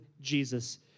Jesus